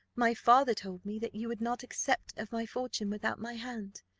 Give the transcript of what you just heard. my father told me that you would not accept of my fortune without my hand,